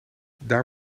daar